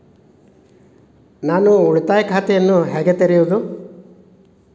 ನಾನು ಉಳಿತಾಯ ಖಾತೆಯನ್ನು ಹೇಗೆ ತೆರೆಯುವುದು?